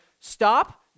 stop